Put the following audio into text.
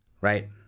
right